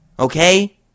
okay